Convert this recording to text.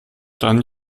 dann